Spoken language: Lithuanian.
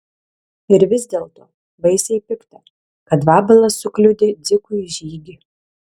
ir vis dėlto baisiai pikta kad vabalas sukliudė dzikui žygį